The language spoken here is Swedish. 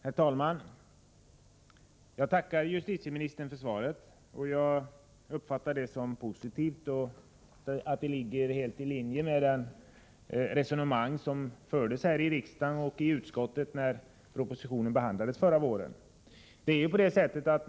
Herr talman! Jag tackar justitieministern för svaret. Jag uppfattar det som positivt och finner att det ligger helt i linje med de resonemang som fördes här i riksdagen och i utskottet när propositionen behandlades förra våren.